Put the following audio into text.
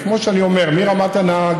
אז כמו שאני אומר, מרמת הנהג